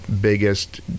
biggest